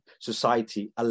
society